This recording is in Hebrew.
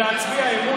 להצביע אמון,